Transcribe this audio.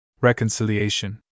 RECONCILIATION